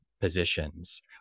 positions